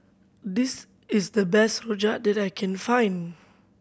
this is the best rojak that I can find